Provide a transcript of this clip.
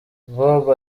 bob